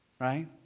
right